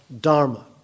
dharma